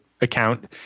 account